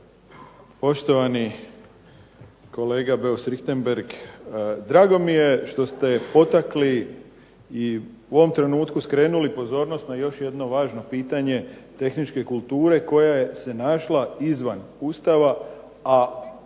Poštovani kolega Beus-Richembergh drago mi je što ste potakli i u ovom trenutku skrenuli pozornost na još jedno važno pitanje tehničke kulture koja se našla izvan Ustava, a